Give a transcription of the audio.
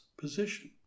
position